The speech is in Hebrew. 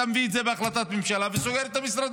אתה מביא את זה בהחלטת ממשלה וסוגר את המשרדים,